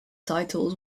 titles